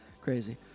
crazy